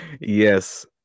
Yes